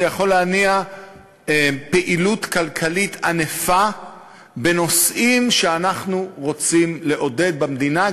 זה יכול להניע פעילות כלכלית ענפה בנושאים שאנחנו רוצים לעודד במדינה,